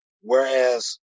whereas